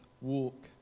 walk